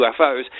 UFOs